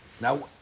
Now